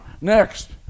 Next